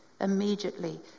Immediately